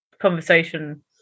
conversation